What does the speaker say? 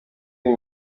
iyi